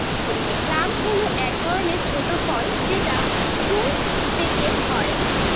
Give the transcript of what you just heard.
plum হল এক ধরনের ছোট ফল যেটা প্রুনস পেকে হয়